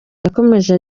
yakomeje